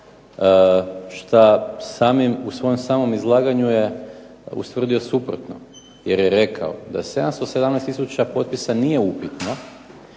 što u svom samom izlaganju je ustvrdio suprotno, jer je rekao da 717 tisuća potpisa nije upitno